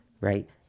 Right